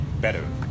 better